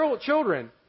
children